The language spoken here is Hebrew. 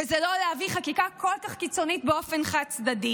וזה לא להביא חקיקה כל כך קיצונית באופן חד-צדדי.